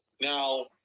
Now